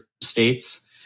states